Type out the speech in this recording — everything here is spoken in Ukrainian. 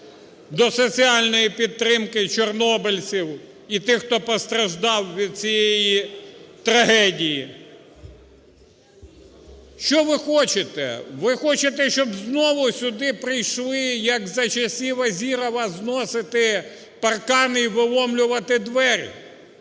до соціальної підтримки чорнобильців і тих, хто постраждав від цієї трагедії. Що ви хочете? Ви хочете, щоб знову сюди прийшли, як за часів Азірова, зносити паркани і виломлювати двері?